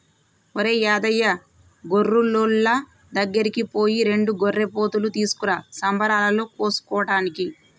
ఒరేయ్ యాదయ్య గొర్రులోళ్ళ దగ్గరికి పోయి రెండు గొర్రెపోతులు తీసుకురా సంబరాలలో కోసుకోటానికి